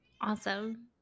Awesome